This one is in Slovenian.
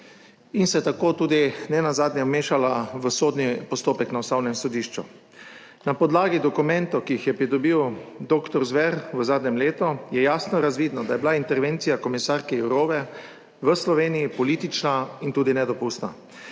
in se tako tudi nenazadnje vmešala v sodni postopek na Ustavnem sodišču. Na podlagi dokumentov, ki jih je pridobil doktor Zver v zadnjem letu, je jasno razvidno, da je bila intervencija komisarke Evrope v Sloveniji politična in tudi nedopustna.